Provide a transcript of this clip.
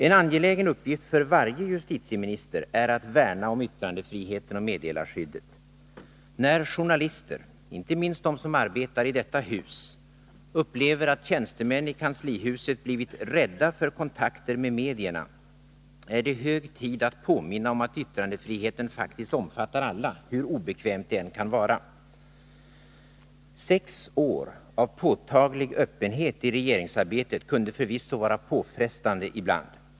En angelägen uppgift för varje justitieminister är att värna om yttrandefriheten och meddelarskyddet. När journalister, inte minst de som arbetar i detta hus, upplever att tjänstemän i kanslihuset blivit rädda för kontakter med medierna, är det hög tid att påminna om att yttrandefriheten faktiskt omfattar alla, hur obekvämt det än kan vara. Sex år av påtaglig öppenhet i regeringsarbetet kunde förvisso vara påfrestande ibland.